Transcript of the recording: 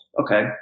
Okay